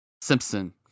Simpson